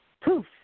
poof